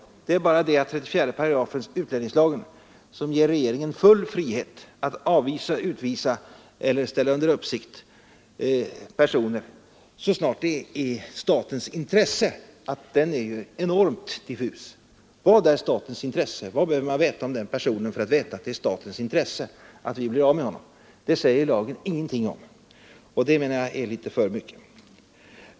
Skillnaden är att det är 34 8 utlänningslagen som ger regeringen full frihet att avvisa, utvisa eller ställa under uppsikt personer så snart det är i statens intresse. Den formuleringen är ju enormt diffus. Vad är ”statens intresse”? Vad behöver man veta om en person för att avgöra att det är i statens intresse att vi blir av med honom? Det säger lagen ingenting om, och det anser jag otillfredsställande.